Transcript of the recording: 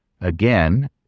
again